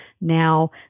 now